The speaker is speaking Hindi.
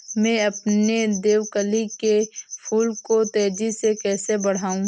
मैं अपने देवकली के फूल को तेजी से कैसे बढाऊं?